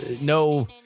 no